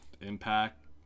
Impact